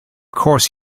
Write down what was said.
course